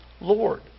Lord